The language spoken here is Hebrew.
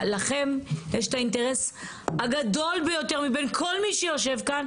לכם יש את האינטרס הגדול ביותר מבין כל מי שיושב כאן,